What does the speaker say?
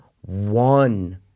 one